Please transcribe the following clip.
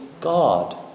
God